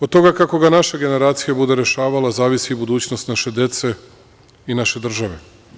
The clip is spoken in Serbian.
Od toga kako ga naša generacija bude rešavala, zavisi budućnost naše dece i naše države.